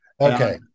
Okay